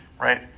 right